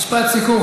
משפט סיכום,